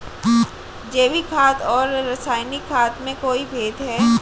जैविक खाद और रासायनिक खाद में कोई भेद है?